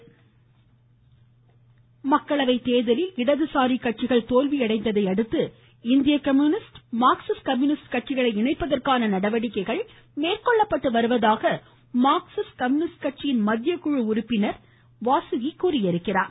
வாசுகி மக்களவை தேர்தலில் இடதுசாரி கட்சிகள் தோல்வியடைந்ததையடுத்து இந்திய கம்யூனிஸ்ட் மார்க்சிஸ்ட் கம்யூனிஸ்ட்கட்சிகளை இணைப்பதற்கான நடவடிக்கைகள் மேற்கொள்ளப்பட்டு வருவதாக மார்ச்சிஸ்ட் கம்யூவிஸ்ட் கட்சியின் மத்திய குழு உறுப்பினர் வாசுகி தெரிவித்துள்ளார்